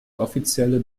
offizielle